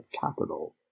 capital